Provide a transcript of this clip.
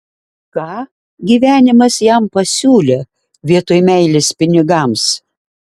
ką gyvenimas jam pasiūlė vietoj meilės pinigams